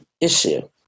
issue